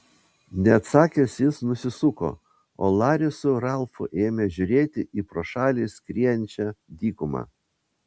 neatsakęs jis nusisuko o laris su ralfu ėmė žiūrėti į pro šalį skriejančią dykumą